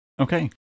Okay